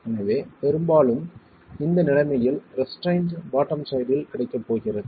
எனவே பெரும்பாலும் இந்த நிலைமையில் ரெஸ்ட்ரைன்ட் பாட்டம் சைடில் கிடைக்கும் போகிறது